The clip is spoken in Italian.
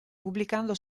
pubblicando